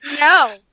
No